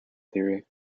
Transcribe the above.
theory